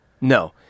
No